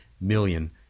million